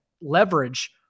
leverage